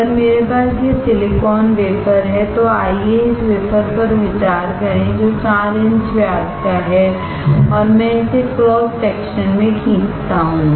अगर मेरे पास यह सिलिकॉन वेफर है तो आइए इस वेफर पर विचार करें जो 4 इंच व्यास का है और मैं इसे क्रॉस सेक्शन में खींचता हूं